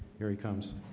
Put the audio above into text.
here he comes